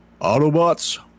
Autobots